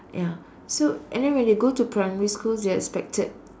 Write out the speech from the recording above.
ya so and then when they go to primary school they are expected